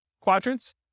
quadrants